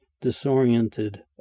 disoriented